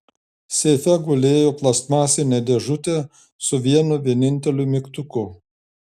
seife gulėjo plastmasinė dėžutė su vienu vieninteliu mygtuku